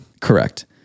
Correct